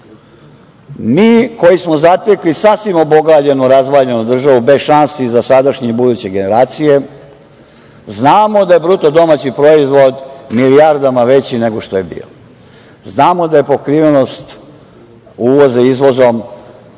koji smo zatekli sasvim obogaljenu, razvaljenu državu, bez šansi za sadašnje i buduće generacije znamo da je BDP milijardama veći nego što je bio. Znamo da je pokrivenost uvoza izvozom povećana